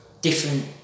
different